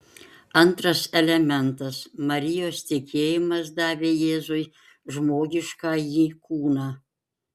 antras elementas marijos tikėjimas davė jėzui žmogiškąjį kūną